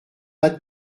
pas